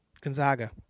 Gonzaga